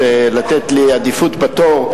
לתת לי עדיפות בתור,